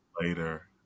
later